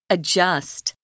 Adjust